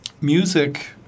music